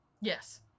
Yes